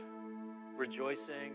rejoicing